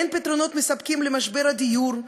אין פתרונות מספקים למשבר הדיור,